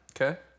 Okay